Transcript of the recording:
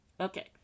Okay